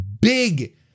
big